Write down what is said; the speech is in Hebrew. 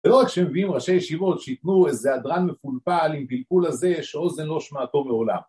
ולא רק כשמביאים ראשי ישיבות שיתנו איזה הדרן מפולפל עם פלפול הזה שהאוזן לא שמעתו מעולם